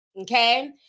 Okay